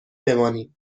بمانیم